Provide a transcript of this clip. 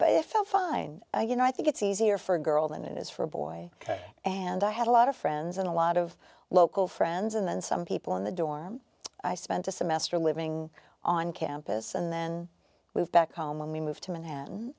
but if felt fine you know i think it's easier for a girl than it is for a boy ok and i had a lot of friends and a lot of local friends and then some people in the dorm i spent a semester living on campus and then we've back home and we moved to manhattan